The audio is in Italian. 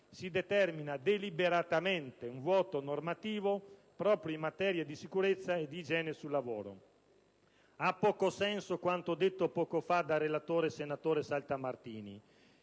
si determina, deliberatamente, un vuoto normativo proprio in materia di sicurezza e di igiene sul lavoro. Ha poco senso quanto detto poco fa dal relatore, senatore Saltamartini,